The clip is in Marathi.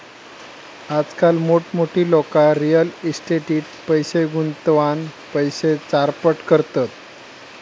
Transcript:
आजकाल मोठमोठी लोका रियल इस्टेटीट पैशे गुंतवान पैशे चारपट करतत